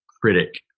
critic